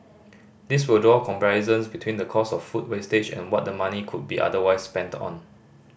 these will draw comparisons between the cost of food wastage and what the money could be otherwise spent on